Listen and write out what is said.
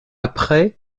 après